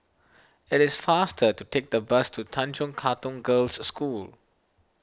it is faster to take the bus to Tanjong Katong Girls' School